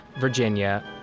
Virginia